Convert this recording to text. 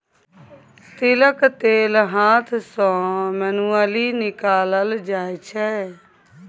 तिलक तेल हाथ सँ मैनुअली निकालल जाइ छै